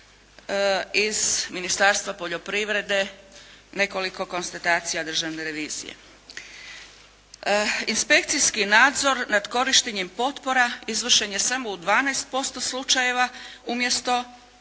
iz Ministarstva poljoprivrede, nekoliko konstatacija državne revizije. Inspekcijski nadzor nad korištenjem potpora izvršen je samo u 12% slučajeva umjesto